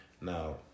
Now